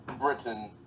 Britain